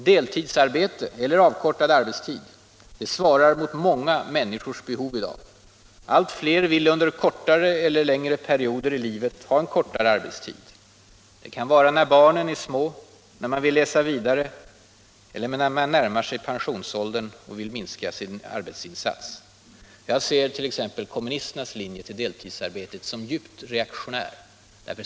Deltidsarbete eller avkortad arbetstid svarar mot många människors behov i dag. Allt fler vill under kortare eller längre perioder i livet ha kortare arbetstid. Det kan vara bra när barnen är små, när man vill läsa vidare eller när man närmar sig pensionsåldern och vill minska sin arbetsinsats. Jag ser t.ex. kommunisternas inställning till deltidsarbetet som djupt reaktionär.